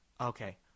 okay